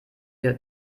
für